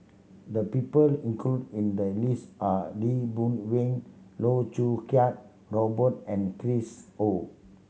the people included in the list are Lee Boon Wang Loh Choo Kiat Robert and Chris Ho